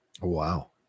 Wow